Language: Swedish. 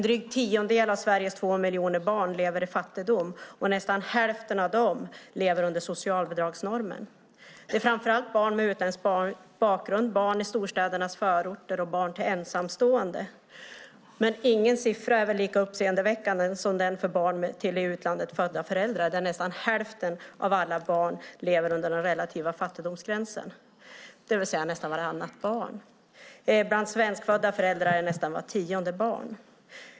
Drygt en tiondel av Sveriges två miljoner barn lever i fattigdom, och nästan hälften av dem lever under socialbidragsnormen. Det är framför allt barn med utländsk bakgrund, barn i storstädernas förorter och barn till ensamstående. Men ingen siffra är väl lika uppseendeväckande som den för barn till i utlandet födda föräldrar, där nästan hälften av alla barn lever under den relativa fattigdomsgränsen, det vill säga nästan vartannat barn. Bland svenskfödda föräldrar är det nästan vart tionde barn.